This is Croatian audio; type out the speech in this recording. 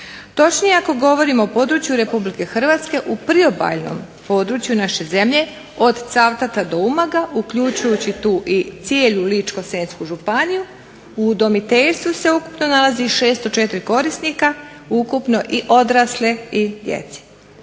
Točnije ako govorimo o području Republike Hrvatske u priobaljnom području naše zemlje od Cavtata do Umaga uključujući tu i cijelu Ličko-senjsku županiju u udomiteljstvu se ukupno nalazi 604 korisnika ukupno i odrasle i djece.